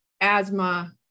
asthma